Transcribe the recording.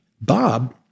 Bob